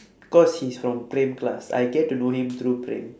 cause he's from praem class I get to know him through praem